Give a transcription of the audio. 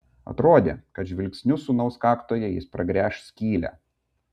atrodė kad žvilgsniu sūnaus kaktoje jis pragręš skylę